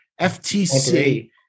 FTC